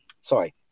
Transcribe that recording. sorry